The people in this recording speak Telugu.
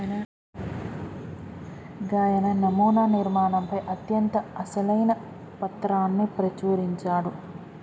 గాయన నమునా నిర్మాణంపై అత్యంత అసలైన పత్రాన్ని ప్రచురించాడు